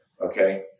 Okay